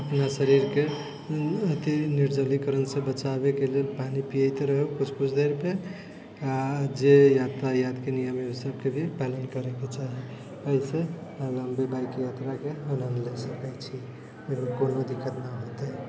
अपना शरीरके अथि निर्जलीकरणसँ बचाबैके लेल पानि पियैत रहब कुछ कुछ देर पर आ जे यातायातके नियम है ओ सभके भी पालन करैके चाही एहिसँ लम्बा बाइक यात्राके आनन्द ले सकै छी ककरो कोनो दिक्कत न हौते